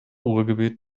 ruhrgebiet